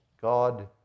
God